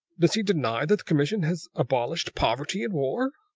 does he deny that the commission has abolished poverty and war?